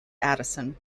addison